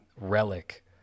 relic